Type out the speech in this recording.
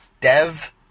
Dev